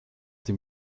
dem